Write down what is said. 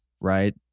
right